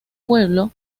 pueblo